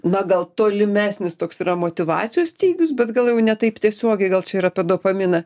na gal tolimesnis toks yra motyvacijos stygius bet gal jau ne taip tiesiogiai gal čia ir apie dopaminą